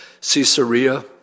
Caesarea